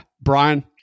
brian